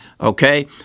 Okay